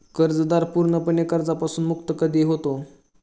कर्जदार पूर्णपणे कर्जापासून मुक्त कधी होतो?